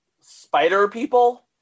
Spider-People